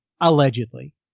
Allegedly